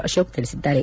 ಅಶೋಕ್ ತಿಳಿಸಿದ್ದಾರೆ